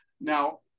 Now